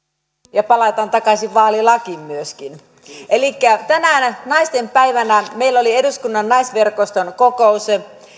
ja palataan takaisin vaalilakiin myöskin tänään naistenpäivänä meillä oli eduskunnan naisverkoston kokous